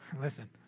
listen